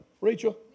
Rachel